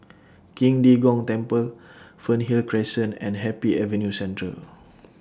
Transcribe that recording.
Qing De Gong Temple Fernhill Crescent and Happy Avenue Central